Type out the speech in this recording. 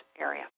area